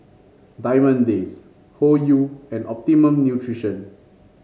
Diamond Days Hoyu and Optimum Nutrition